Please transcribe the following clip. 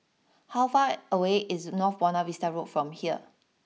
how far away is North Buona Vista Road from here